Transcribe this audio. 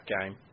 game